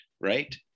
right